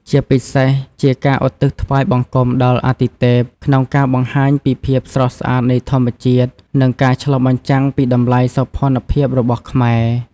ជាពិសេសជាការឧទ្ទិសថ្វាយបង្គំដល់អាទិទេព ក្នុងការបង្ហាញពីភាពស្រស់ស្អាតនៃធម្មជាតិ និងការឆ្លុះបញ្ចាំងពីតម្លៃសោភ័ណភាពរបស់ខ្មែរ។